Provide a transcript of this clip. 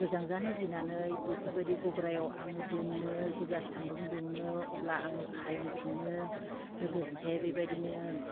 गोजां जानो गिनानै बेफोरबादि गग्रायाव आङो दोनो जेब्ला सानदुं दुङो अब्ला आङो खायन फिनो लोगोसे बेबायदिनो